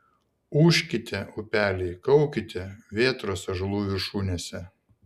ūžkite upeliai kaukite vėtros ąžuolų viršūnėse